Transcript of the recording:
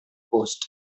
post